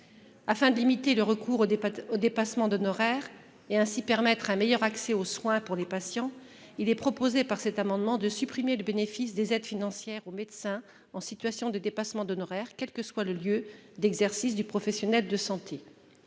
Afin de limiter le recours au dépassement d'honoraires, et ainsi de permettre un meilleur accès aux soins pour les patients, cet amendement tend à priver du bénéfice des aides financières les médecins en situation de dépassement d'honoraires, quel que soit leur lieu d'exercice. L'argent public ne